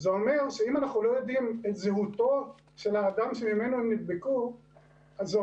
זה אומר שאם אנחנו לא יודעים את הזהות של האדם שממנו הם נדבקו אז זה